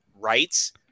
rights